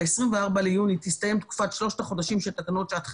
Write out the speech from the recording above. ב-24 ביוני תסתיים תקופת שלושת החודשים של תקנות שעת חירום.